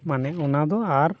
ᱢᱟᱱᱮ ᱚᱱᱟ ᱫᱚ ᱟᱨ